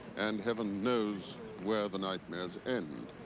and heaven knows where the nightmares end.